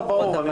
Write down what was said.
ברור,